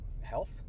health